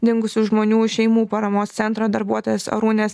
dingusių žmonių šeimų paramos centro darbuotojos arūnės